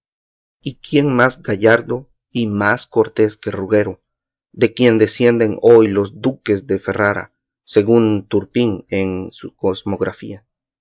y quién más gallardo y más cortés que rugero de quien decienden hoy los duques de ferrara según turpín en su cosmografía